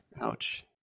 Ouch